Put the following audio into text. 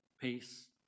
peace